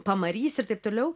pamarys ir taip toliau